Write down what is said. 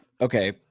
Okay